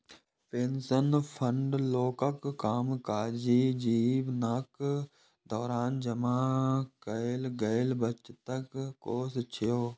pension fund लोकक कामकाजी जीवनक दौरान जमा कैल गेल बचतक कोष छियै